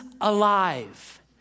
alive